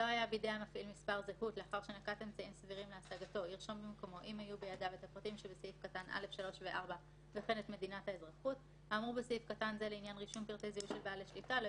אלא אם כן היו בידיו פרטי זיהוי מאומתים כאמור: שם,